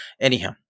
Anyhow